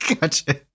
Gotcha